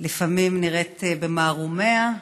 לפעמים נראית במערומיה.